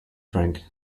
drink